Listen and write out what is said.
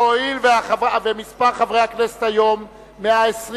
אבל הואיל ומספר חברי הכנסת היום 120,